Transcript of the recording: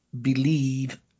believe